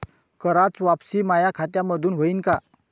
कराच वापसी माया खात्यामंधून होईन का?